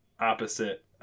opposite